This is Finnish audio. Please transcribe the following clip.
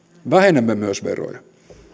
vähennämme myös veroja